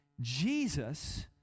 Jesus